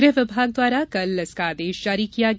गृह विभाग द्वारा कल इसका आदेश जारी किया गया